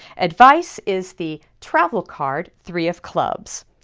advice is the travel card, three of clubs.